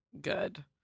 Good